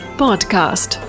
podcast